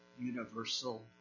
Universal